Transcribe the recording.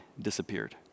disappeared